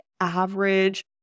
average